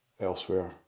elsewhere